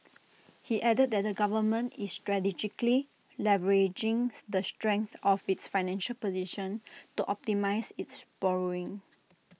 he added that the government is strategically leveraging the strength of its financial position to optimise its borrowing